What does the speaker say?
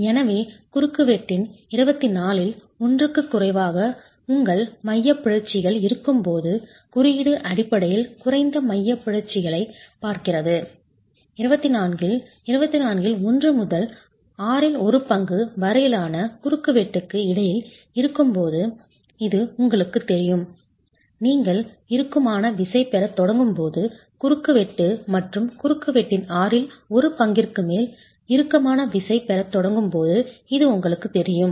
எனவே குறுக்குவெட்டின் 24ல் 1க்குக் குறைவாக உங்கள் மையப் பிறழ்ச்சிகள் இருக்கும்போது குறியீடு அடிப்படையில் குறைந்த மையப் பிறழ்ச்சிகளைப் பார்க்கிறது 24ல் 24ல் 1 முதல் ஆறில் ஒரு பங்கு வரையிலான குறுக்குவெட்டுக்கு இடையில் இருக்கும் இது உங்களுக்குத் தெரியும் நீங்கள் இறுக்கமான விசை பெறத் தொடங்கும் போது குறுக்குவெட்டு மற்றும் குறுக்குவெட்டின் ஆறில் ஒரு பங்கிற்கு மேல் இறுக்கமான விசை பெறத் தொடங்கும் போது இது உங்களுக்குத் தெரியும்